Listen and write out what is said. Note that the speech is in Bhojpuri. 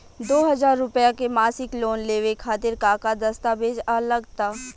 दो हज़ार रुपया के मासिक लोन लेवे खातिर का का दस्तावेजऽ लग त?